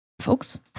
folks